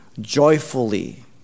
joyfully